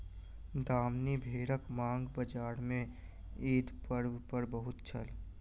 दामनी भेड़क मांग बजार में ईद पर्व पर बहुत छल